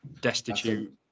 destitute